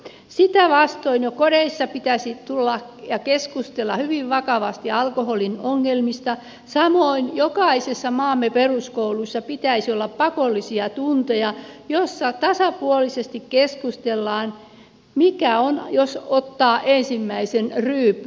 sitä vastoin jo kodeissa pitäisi tulla ja keskustella hyvin vakavasti alkoholin ongelmista samoin jokaisessa maamme peruskoulussa pitäisi olla pakollisia tunteja joissa tasapuolisesti keskustellaan mikä on jos ottaa ensimmäisen ryypyn